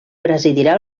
presidirà